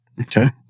Okay